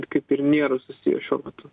kaip ir nėra susiję šiuo metu